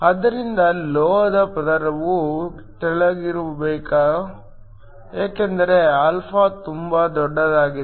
ಆದ್ದರಿಂದ ಲೋಹದ ಪದರವು ತೆಳುವಾಗಿರಬೇಕು ಏಕೆಂದರೆ ಆಲ್ಫಾ ತುಂಬಾ ದೊಡ್ಡದಾಗಿದೆ